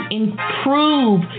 improve